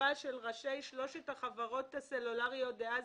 כתובה של ראשי שלוש החברות הסלולריות דאז